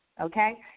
okay